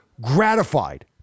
gratified